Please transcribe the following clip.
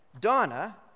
Donna